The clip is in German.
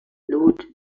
lot